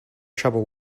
trouble